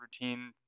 routine